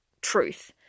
truth